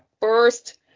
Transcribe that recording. first